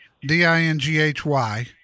D-I-N-G-H-Y